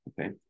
Okay